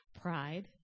pride